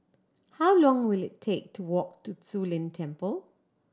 how long will it take to walk to Zu Lin Temple